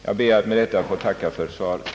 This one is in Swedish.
Jag ber att med detta få tacka för svaret;